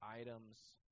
items